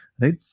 Right